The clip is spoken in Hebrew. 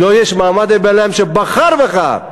לך יש מעמד ביניים שבחר בך.